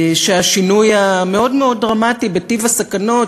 שהשינוי המאוד-מאוד דרמטי בטיב הסכנות